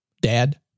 dad